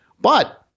but-